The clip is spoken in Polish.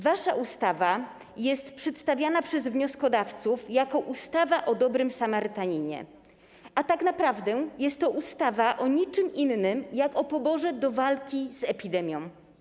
Wasza ustawa jest przedstawiana przez wnioskodawców jako ustawa o dobrym samarytaninie, a tak naprawdę jest to ustawa o niczym innym jak o poborze do walki z epidemią.